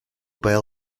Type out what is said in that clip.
bail